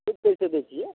कैसे दै छियै